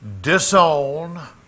disown